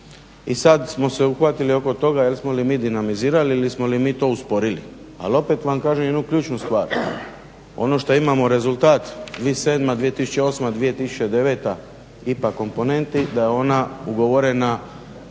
i sad smo se uhvatili oko toga jesmo li mi dinamizirali ili smo mi to usporili. Ali opet vam kažem jednu ključnu stvar. Ono što imamo rezultat 2007., 2008., 2009. IPA komponenti da je ona ugovorena